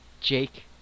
Jake